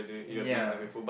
ya